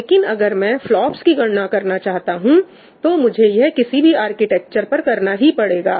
लेकिन अगर मैं फ्लॉप्स की गणना करना चाहता हूं तो मुझे यह किसी भी आर्किटेक्चर पर करना ही पड़ेगा